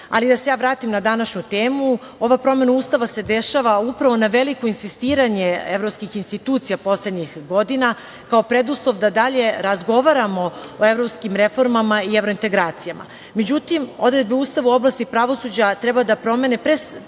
ali da se vratim na današnju temu. Ova promena Ustava se dešava upravo na veliko insistiranje evropskih institucija poslednjih godina, kao preduslov da dalje razgovaramo o evropskim reformama i evrointegracijama, međutim, odredbe Ustava u oblasti pravosuđa treba da se promene pre svega